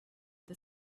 the